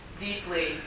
deeply